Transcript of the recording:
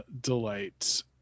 delight